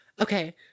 Okay